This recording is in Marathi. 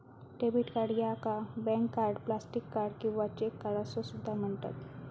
डेबिट कार्ड याका बँक कार्ड, प्लास्टिक कार्ड किंवा चेक कार्ड असो सुद्धा म्हणतत